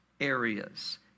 areas